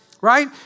right